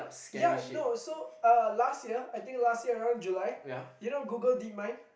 ya you know so uh last year I think last year around July you know Google DeepMind